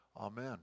Amen